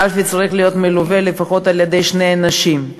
הקלפי צריכה להיות מלווה לפחות על-ידי שני אנשים,